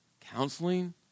counseling